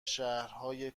شهرهای